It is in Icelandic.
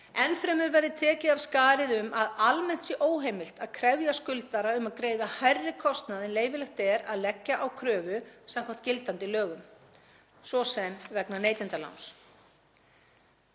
Enn fremur verði tekið af skarið um að almennt sé óheimilt að krefja skuldara um að greiða hærri kostnað en leyfilegt er að leggja á kröfu samkvæmt gildandi lögum, svo sem vegna neytendaláns.